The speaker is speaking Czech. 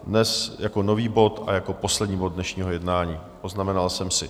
Dnes jako nový bod a jako poslední bod dnešního jednání, poznamenal jsem si.